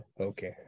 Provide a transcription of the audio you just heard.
Okay